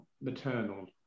maternal